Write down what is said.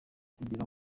kwigira